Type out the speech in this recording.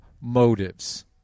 motives